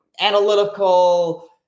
analytical